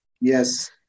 Yes